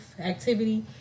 activity